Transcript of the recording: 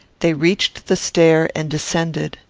they reached the stair and descended.